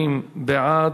שניים בעד,